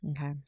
okay